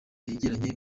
yegeranye